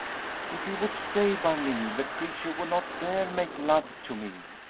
if he would stay by me the creature would not dare make love to me.